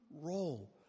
role